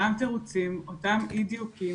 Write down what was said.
אותם תירוצים, אותם אי דיוקים.